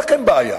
אין לכם בעיה,